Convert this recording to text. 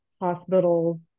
hospitals